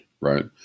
right